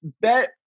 Bet